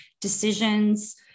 decisions